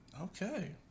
Okay